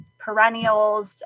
perennials